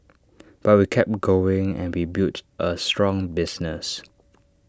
but we kept going and we built A strong business